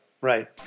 right